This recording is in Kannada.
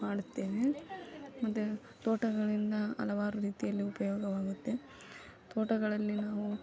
ಮಾಡುತ್ತೇನೆ ಮತ್ತು ತೋಟಗಳಿಂದ ಹಲವಾರು ರೀತಿಯಲ್ಲಿ ಉಪಯೋಗವಾಗುತ್ತೆ ತೋಟಗಳಲ್ಲಿ ನಾವು